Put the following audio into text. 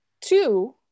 two